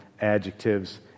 adjectives